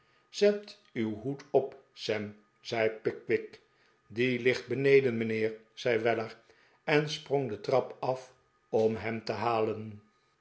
zet uw hoed op sam zei pickwick die ligt beneden mijnheer zei weller en sprong de trap af om hem te halen